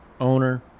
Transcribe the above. owner